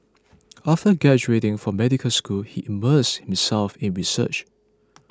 after graduating from medical school he immersed himself in research